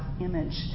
image